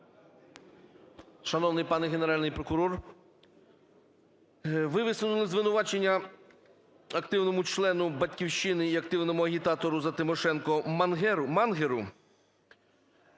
Шановний пане Генеральний прокурор, ви висунули звинувачення активному члену "Батьківщини" і активному агітатору за ТимошенкоМангеру.